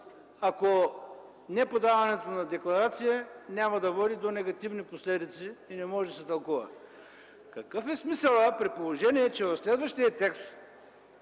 ако неподаването на декларация няма да води до негативни последици и не може да се тълкува? Какъв е смисълът, при положение че в следващия текст,